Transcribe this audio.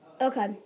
Okay